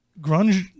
grunge